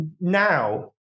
now